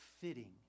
fitting